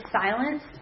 silence